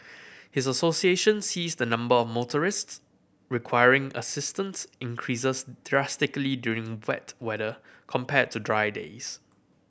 his association sees the number of motorists requiring assistance increases drastically during wet weather compared to dry days